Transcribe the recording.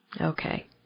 Okay